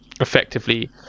effectively